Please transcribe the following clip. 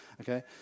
okay